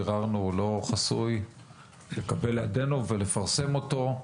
ביררנו הוא לא חסוי לקבל לידינו ולפרסם אותו,